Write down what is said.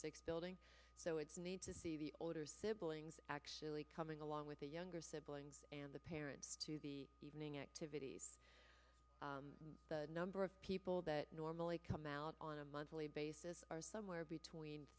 six building so it's nice to see the older siblings actually coming along with the younger siblings and the parents to the evening activities the number of people that normally come out on a monthly basis are somewhere between